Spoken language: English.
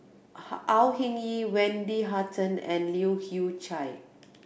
Au Hing Yee Wendy Hutton and Leu Hew Chye